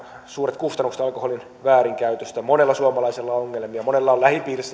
suuret kustannukset alkoholin väärinkäytöstä monella suomalaisella on ongelmia monella on lähipiirissä